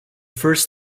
first